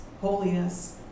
holiness